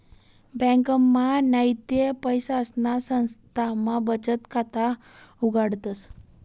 ब्यांकमा नैते पैसासना संस्थामा बचत खाता उघाडतस